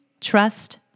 trust